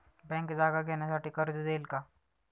Bank जागा घेण्यासाठी कर्ज देईल का?